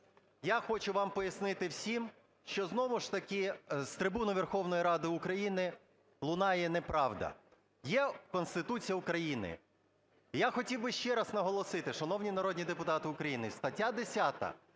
Я хочу вам пояснити всім, що знову ж таки з трибуни Верховної Ради України лунає неправда. Є Конституція України. Я хотів би ще раз наголосити, шановні народні депутати, стаття 10